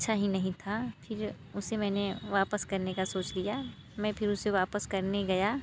अच्छा ही नहीं था फिर उसे मैंने वापस करने का सोच लिया मैं फिर उसे वापस करने गया